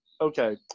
Okay